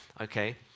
Okay